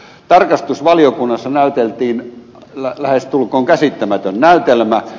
tarkastusvaliokunnassa näyteltiin lähestulkoon käsittämätön näytelmä